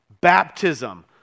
baptism